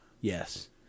Yes